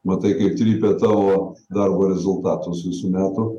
matai kaip trypia tavo darbo rezultatus visų metų